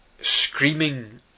screaming